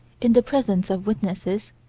in the presence of witnesses,